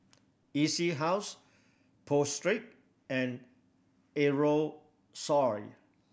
E C House Pho Street and Aerosole